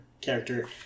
character